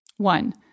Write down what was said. One